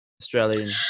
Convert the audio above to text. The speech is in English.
australian